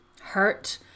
hurt